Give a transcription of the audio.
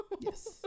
Yes